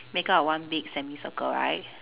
make up of one big semicircle right